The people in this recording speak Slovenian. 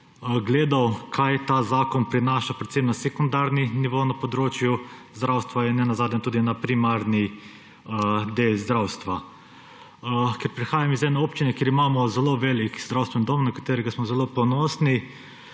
gledal, kaj ta zakon prinaša predvsem na sekundarnem nivoju na področju zdravstva in ne nazadnje tudi v primarnem delu zdravstva. Ker prihajam iz ene občine, kjer imamo zelo velik zdravstveni dom, na katerega smo zelo ponosni,